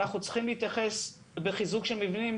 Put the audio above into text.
אנחנו צריכים להתייחס בחיזוק של מבנים